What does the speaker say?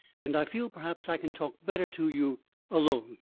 and i feel perhaps i can talk better to you alone.